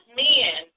men